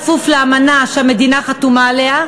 כפוף לאמנה שהמדינה חתומה עליה,